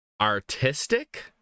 artistic